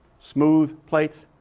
smooth plates.